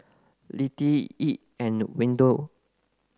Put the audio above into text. Lettie Edd and Wendel